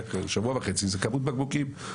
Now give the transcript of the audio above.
שבוע וחצי זה כמות בקבוקים,